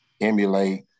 emulate